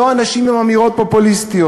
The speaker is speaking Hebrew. לא אנשים עם אמירות פופוליסטיות.